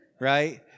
Right